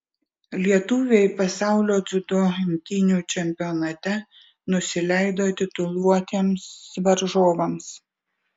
lietuviai pasaulio dziudo imtynių čempionate nusileido tituluotiems varžovams